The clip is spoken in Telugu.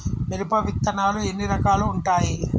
మిరప విత్తనాలు ఎన్ని రకాలు ఉంటాయి?